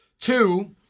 Two